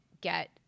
get